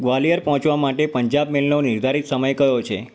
ગ્વાલિયર પહોંચવા માટે પંજાબ મેલનો નિર્ધારિત સમય કયો છે